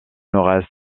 nord